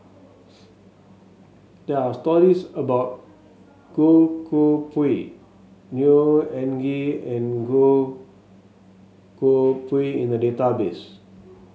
there are stories about Goh Koh Pui Neo Anngee and Goh Koh Pui in the database